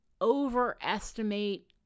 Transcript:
overestimate